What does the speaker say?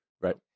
Right